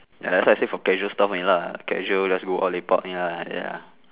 ya lah that's why I say for casual stuff only lah casual just go out lepak only ya